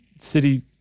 city